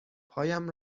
پایم